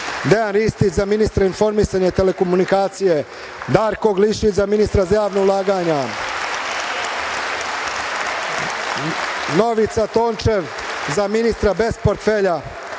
Dejan Ristić, za ministra informisanja i telekomunikacija, Darko Glišić, za ministra za javna ulaganja, Novica Tončev, za ministra bez portfelja;